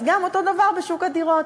אז אותו דבר בשוק הדירות.